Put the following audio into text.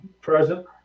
Present